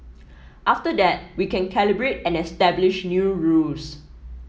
after that we can calibrate and establish new rules